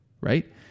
right